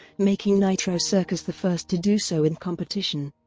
making nitro circus the first to do so in competition.